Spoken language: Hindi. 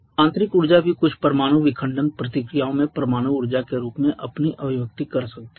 आंतरिक ऊर्जा भी कुछ परमाणु विखंडन प्रतिक्रियाओं में परमाणु ऊर्जा के रूप में अपनी अभिव्यक्ति कर सकती है